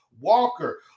Walker